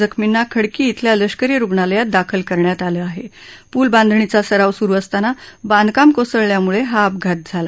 जखमींना खडकी इथल्या लष्करी रुग्णालयात दाखल करण्यात आलं आह पूल बांधणीचा सराव स्रु असताना बांधकाम कोसळल्याम्ळ हा अपघात झाला